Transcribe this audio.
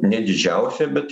nedidžiausia bet